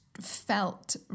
felt